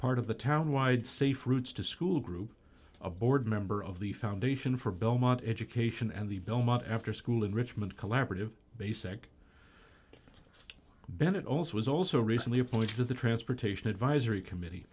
part of the town wide safe routes to school group a board member of the foundation for belmont education and the belmont after school enrichment collaborative basic bennett also was also recently appointed to the transportation advisory committee